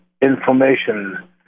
information